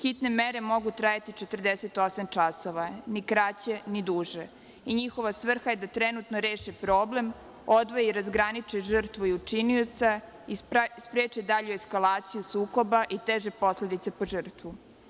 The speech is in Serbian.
Hitne mere mogu trajati 48 časova, ni kraće, ni duže, i njihova svrha je da trenutno reši problem, odvoji i razgraniči žrtvu i učinioca i spreči dalju eksalaciju sukoba i teže posledice po žrtvu.